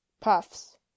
puffs